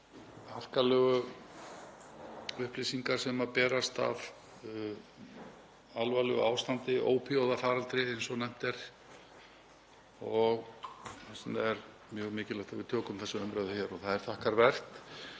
um þær harkalegu upplýsingar sem berast af alvarlegu ástandi, ópíóíðafaraldri, eins og nefnt er. Þess vegna er mjög mikilvægt að við tökum þessa umræðu hér og það er þakkarvert.